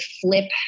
flip